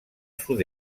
sud